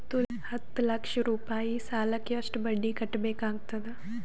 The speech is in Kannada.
ಹತ್ತ ಲಕ್ಷ ರೂಪಾಯಿ ಸಾಲಕ್ಕ ಎಷ್ಟ ಬಡ್ಡಿ ಕಟ್ಟಬೇಕಾಗತದ?